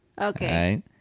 Okay